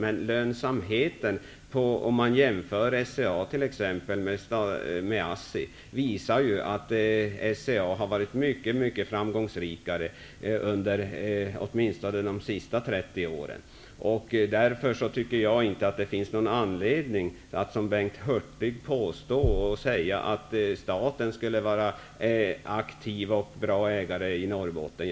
Men om man jämför lönsamheten för t.ex. SCA med ASSI:s, visar det sig att SCA har varit mycket mycket framgångsrikare under åtminstone de senaste 30 Därför tycker jag inte att det finns någon anledning att påstå, som Bengt Hurtig gör, att staten skulle vara aktiv och bra ägare i Norrbotten.